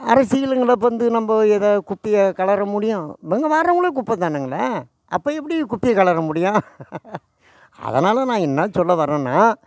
அரசியலுங்களில் வந்து நம்ப ஏதா குப்பையா கிளற முடியும் இவங்க வரவங்களும் குப்பை தானுங்களே அப்போ எப்படி குப்பையை கிளற முடியும் அதனாலே நான் என்ன சொல்ல வரேன்னால்